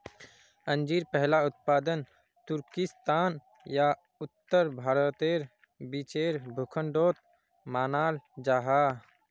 अंजीर पहला उत्पादन तुर्किस्तान या उत्तर भारतेर बीचेर भूखंडोक मानाल जाहा